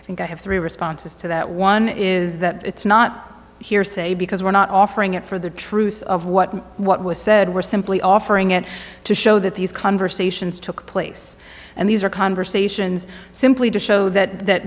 i think i have three responses to that one is that it's not hearsay because we're not offering it for the truth of what what was said we're simply offering it to show that these conversations took place and these are conversations simply to show that